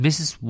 Mrs